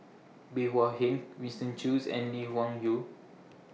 Bey Hua Heng Winston Choos and Lee Wung Yew